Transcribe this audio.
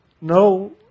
no